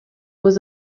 was